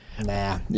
Nah